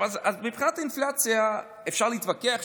אז מבחינת האינפלציה אפשר להתווכח,